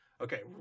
Okay